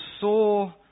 saw